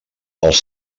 els